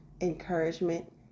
encouragement